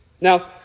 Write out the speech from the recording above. Now